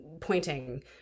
pointing